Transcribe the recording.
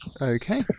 Okay